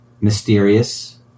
mysterious